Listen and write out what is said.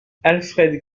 alfred